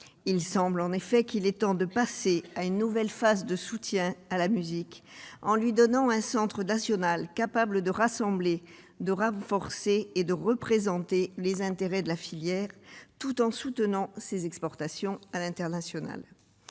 il semble temps de passer à une nouvelle phase dans le soutien à la musique, en lui donnant un centre national capable de rassembler, de renforcer et de représenter les intérêts de la filière, tout en soutenant ses exportations à l'international.